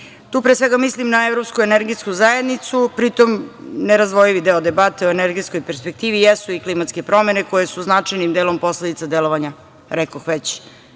Tu, pre svega, mislim na Evropsku energetsku zajednicu. Pri tome, nerazdvojivi deo debate o energetskoj perspektivi jesu i klimatske promene koje su značajnim delom posledica delovanja, rekoh već,